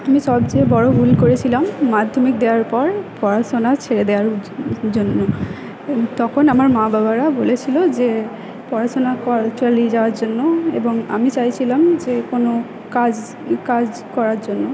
আমি সবচেয়ে বড়ো ভুল করেছিলাম মাধ্যমিক দেওয়ার পর পড়াশোনা ছেড়ে দেওয়ার জন্য তখন আমার মা বাবারা বলেছিলো যে পড়াশোনা কর চালিয়ে যাওয়ার জন্য এবং আমি চাইছিলাম যে কোনো কাজ কাজ করার জন্য